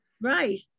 Right